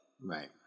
Right